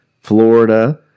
Florida